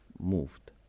moved